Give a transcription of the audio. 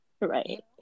Right